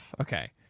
okay